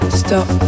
stop